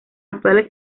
actuales